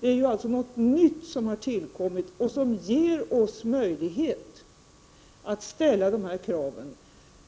Det är alltså något nytt som har tillkommit och som ger oss möjlighet att ställa krav.